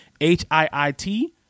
H-I-I-T